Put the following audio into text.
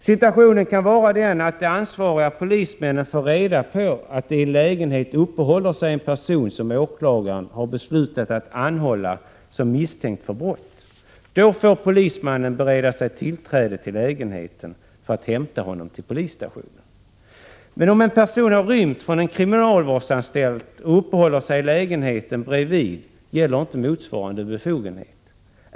Situationen kan vara den att de ansvariga polismännen får reda på att det i en lägenhet uppehåller sig en person som åklagaren beslutat anhålla såsom misstänkt för brott. Då får polismannen bereda sig tillträde till lägenheten för att hämta honom till polisstationen. Men om en person har rymt från en kriminalvårdsanstalt och uppehåller sig i lägenheten bredvid gäller inte motsvarande befogenhet.